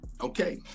okay